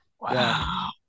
wow